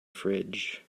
fridge